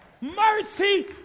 Mercy